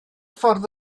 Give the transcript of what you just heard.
ffordd